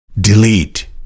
Delete